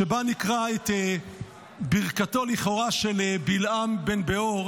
שבה נקרא את ברכתו לכאורה של בלעם בן בעור